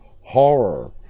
horror